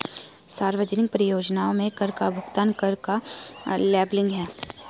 सार्वजनिक परियोजनाओं में कर का भुगतान कर का लेबलिंग है